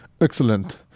Excellent